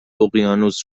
اقیانوس